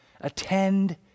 Attend